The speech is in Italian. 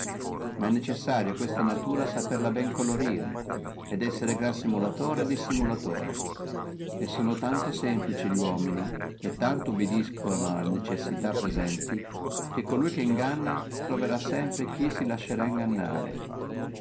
ma è necessario questa natura saperla bene colorire et essere gran simulatore e dissimulatore e sono tanto semplici li uomini e tanto obediscano alle necessità presenti che colui che inganna troverrà sempre chi si lascerà ingannare